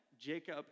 Jacob